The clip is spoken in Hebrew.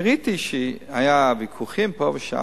ראיתי שהיו ויכוחים פה ושם.